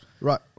Right